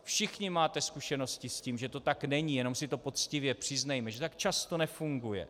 Všichni máte zkušenosti s tím, že to tak není, jenom si to poctivě přiznejme, že to tak často nefunguje.